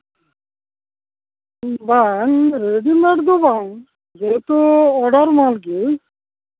ᱵᱟᱝ ᱨᱮᱰᱤᱢᱮ ᱰ ᱫᱚ ᱵᱟᱝ ᱡᱮᱦᱮᱛᱩ ᱚᱰᱟᱨ ᱮᱢᱟᱱ ᱠᱤᱭᱟᱹᱧ